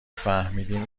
فهمیدیم